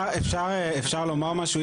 אפשר לומר משהו?